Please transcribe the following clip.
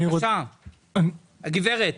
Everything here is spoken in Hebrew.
בבקשה הגברת.